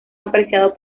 apreciado